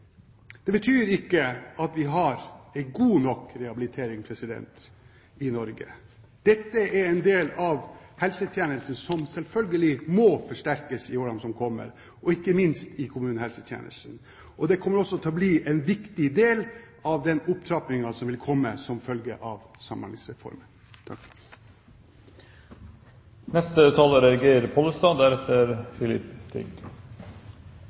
Det betyr ikke at vi har en god nok rehabilitering i Norge. Dette er en del av helsetjenesten som selvfølgelig må forsterkes i årene som kommer, ikke minst i kommunehelsetjenesten. Det kommer også til å bli en viktig del av den opptrappingen som vil komme som følge av